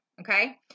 okay